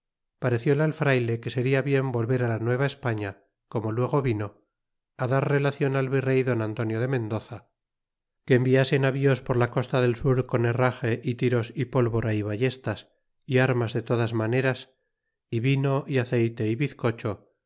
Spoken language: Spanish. parecile al frayle que seria bien volver la nueva españa como luego vino dar rela ion al virey don antonio de mendoza que enviase navíos por la costa del sur con herraje y tiros y pólvora y ballestas y armas de todas maneras y vino y aceyte y bizcocho